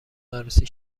عروسی